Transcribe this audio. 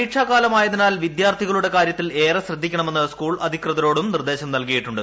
പരീക്ഷാകാലമായതിനാൽ വിദ്യാർത്ഥികളുടെ കാര്യത്തിൽ ഏറെ ശ്രദ്ധിക്കണമെന്ന് സ്കൂൾ അധികൃതരോട് നിർദ്ദേശം നൽകിയിട്ടുണ്ട്